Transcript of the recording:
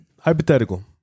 hypothetical